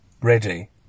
ready